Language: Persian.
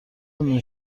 اون